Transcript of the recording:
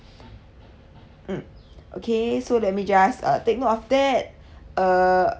mm okay so let me just uh take note of that uh